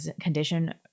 condition